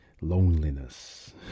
loneliness